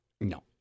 no